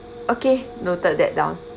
okay noted that down